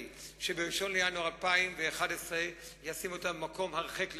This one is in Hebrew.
שב-1 בינואר 2011 ישים אותנו הרחק לגמרי,